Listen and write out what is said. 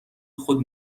خود